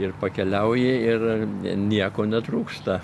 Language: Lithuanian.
ir pakeliauji ir nieko netrūksta